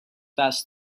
passed